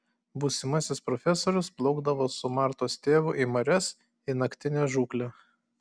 būsimasis profesorius plaukdavo su martos tėvu į marias į naktinę žūklę